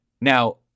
Now